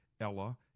Ella